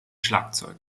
schlagzeug